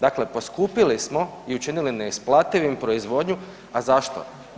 Dakle poskupili smo i učinili neisplativim proizvodnju, a zašto?